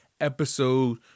episode